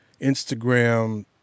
instagram